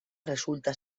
resulta